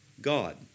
God